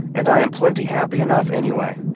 and i am plenty happy enough anyway.